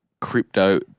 crypto